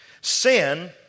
Sin